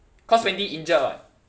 cause wendy injured [what]